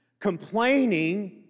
complaining